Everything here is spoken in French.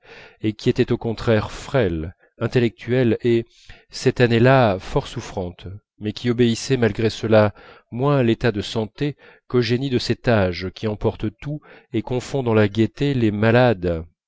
et qui était au contraire frêle intellectuelle et cette année-là fort souffrante mais qui obéissait malgré cela moins à l'état de santé qu'au génie de cet âge qui emporte tout et confond dans la gaîté les malades